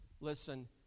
Listen